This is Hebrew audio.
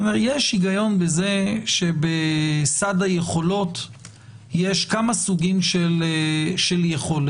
יש היגיון בזה שבסד היכולות יש כמה סוגים של יכולת.